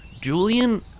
Julian